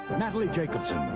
natalie jacobson,